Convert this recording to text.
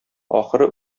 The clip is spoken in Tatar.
ахыры